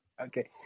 okay